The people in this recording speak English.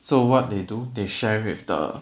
so what they do they share with the